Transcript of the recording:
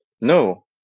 no